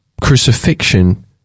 crucifixion